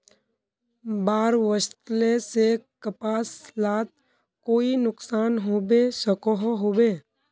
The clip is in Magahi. बाढ़ वस्ले से कपास लात कोई नुकसान होबे सकोहो होबे?